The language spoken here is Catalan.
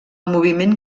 moviment